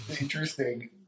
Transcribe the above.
interesting